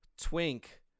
Twink